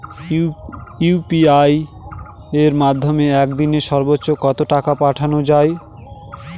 UPI এর মাধ্যমে এক দিনে সর্বচ্চ কত টাকা পাঠানো যায়?